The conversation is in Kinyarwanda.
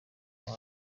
kuko